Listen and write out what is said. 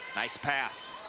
nice pass.